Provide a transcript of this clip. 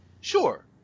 Sure